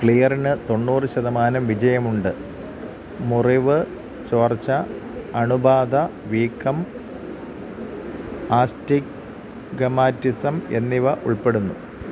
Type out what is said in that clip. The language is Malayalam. ക്ലിയറിന് തൊണ്ണൂറ് വിജയമുണ്ട് മുറിവ് ചോർച്ച അണുബാധ വീക്കം ആസ്റ്റിഗ്മാറ്റിസം എന്നിവ ഉൾപ്പെടുന്നു